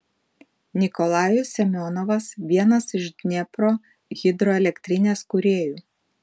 nikolajus semionovas vienas iš dniepro hidroelektrinės kūrėjų